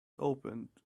opened